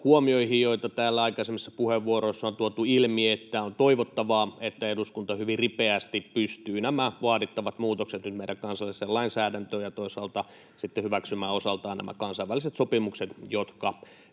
huomioihin, joita täällä aikaisemmissa puheenvuoroissa on tuotu ilmi, että on toivottavaa, että eduskunta hyvin ripeästi pystyy nyt nämä vaadittavat muutokset tekemään meidän kansalliseen lainsäädäntöön ja toisaalta sitten hyväksymään osaltaan nämä kansainväliset sopimukset, jotka